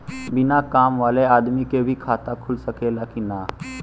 बिना काम वाले आदमी के भी खाता खुल सकेला की ना?